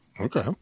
Okay